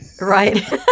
Right